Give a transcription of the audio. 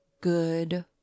good